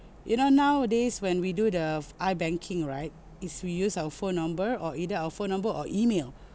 you know nowadays when we do the ibanking right is we use our phone number or either our phone number or email